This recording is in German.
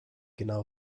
genau